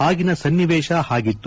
ಆಗಿನ ಸನ್ನಿವೇಶ ಹಾಗಿತ್ತು